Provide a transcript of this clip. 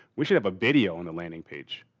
we should have a video on the landing page.